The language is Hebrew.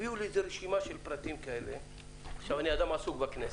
הביאו לי רשימה של פרטים, אני אדם עסוק, בכנסת,